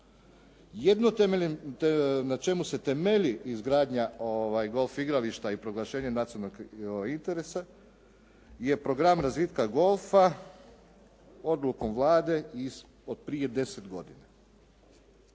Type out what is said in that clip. Jedino na čemu se temelji izgradnja golf igrališta i proglašenje nacionalnog interesa je program razvitka golfa odlukom Vlade od prije 10 godina.